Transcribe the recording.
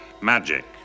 Magic